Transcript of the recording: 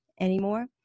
anymore